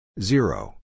Zero